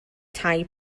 tai